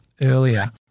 earlier